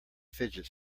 fidget